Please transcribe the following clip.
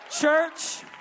Church